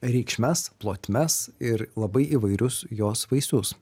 reikšmes plotmes ir labai įvairius jos vaisius